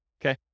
Okay